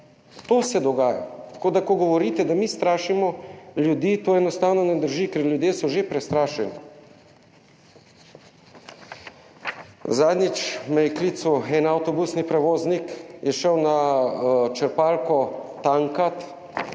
To se dogaja. Tako, da, ko govorite, da mi strašimo ljudi, to enostavno ne drži, ker ljudje so že prestrašeni. Zadnjič me je klical en avtobusni prevoznik, je šel na črpalko »tankat«